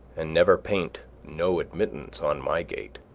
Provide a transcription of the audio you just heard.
and never paint no admittance on my gate.